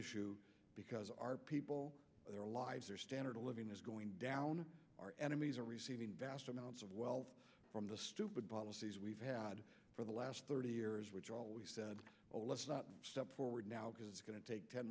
issue because our people their lives their standard of living is going down our enemies are receiving vast amounts of wealth from the stupid policies we've had for the last thirty years which always said oh let's not step forward now because it's going to take ten